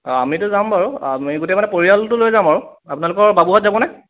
অঁ আমিতো যাম বাৰু আমি গোটেই মানে পৰিয়ালটো লৈ যাম আৰু আপোনালোকৰ বাবুহঁত যাবনে